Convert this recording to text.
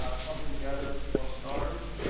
ah clumping together form stars,